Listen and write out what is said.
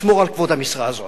שמור על כבוד המשרה הזאת,